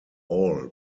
all